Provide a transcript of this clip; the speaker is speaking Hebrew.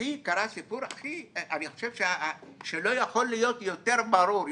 איתי קרה סיפור שלא יכול להיות יותר ברור,